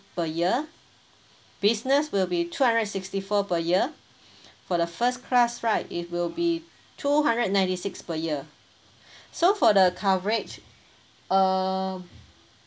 per year business will be two hundred and sixty four per year for the first class right it will be two hundred ninety six per year so for the coverage err